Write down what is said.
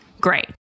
Great